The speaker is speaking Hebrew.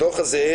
הדוח הזה,